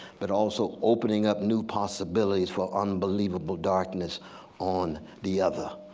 but also opening up new possibilities for unbelievable darkness on the other.